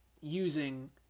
using